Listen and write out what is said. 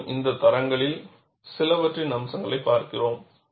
மேலும் இந்த தரங்களில் சிலவற்றின் அம்சங்களைப் பார்க்கிறோம்